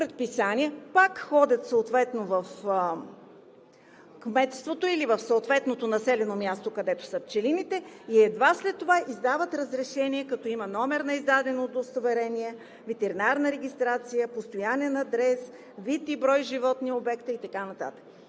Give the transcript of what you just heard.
предписания, отново ходят съответно в кметството или в съответното населено място, където са пчелините, и едва след това издават разрешение, като на издаденото удостоверение има номер, ветеринарна регистрация, постоянен адрес, вид и брой животни, обекти и така